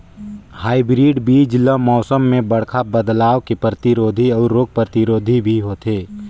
hybrid बीज ल मौसम में बड़खा बदलाव के प्रतिरोधी अऊ रोग प्रतिरोधी भी होथे